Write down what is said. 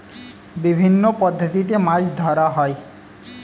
বিভিন্ন পদ্ধতিতে মাছ ধরা হয়